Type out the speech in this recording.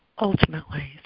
Ultimately